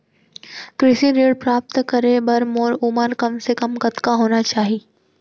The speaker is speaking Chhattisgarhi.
कृषि ऋण प्राप्त करे बर मोर उमर कम से कम कतका होना चाहि?